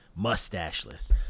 Mustacheless